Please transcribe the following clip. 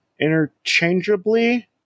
interchangeably